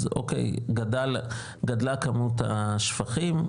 אז אוקיי גדלה כמות השפכים,